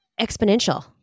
exponential